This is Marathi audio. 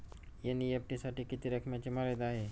एन.ई.एफ.टी साठी किती रकमेची मर्यादा आहे?